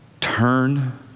turn